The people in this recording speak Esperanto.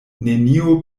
nenio